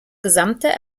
gesamte